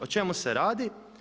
O čemu se radi?